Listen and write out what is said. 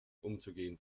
umzugehen